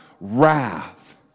wrath